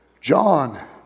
John